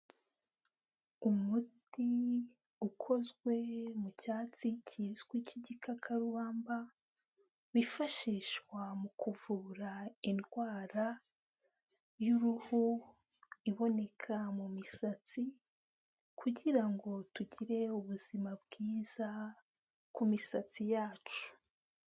Umuti ukozwe mu cyatsi kizwi cy'igikakarubamba, wifashishwa mu kuvura indwara y'uruhu iboneka mu misatsi kugira ngo tugire ubuzima bwiza ku misatsi yacu.